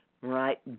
right